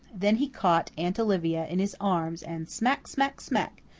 then he caught aunt olivia in his arms and smack, smack, smack!